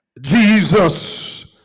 Jesus